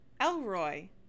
Elroy